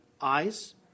eyes